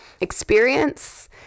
experience